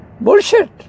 Bullshit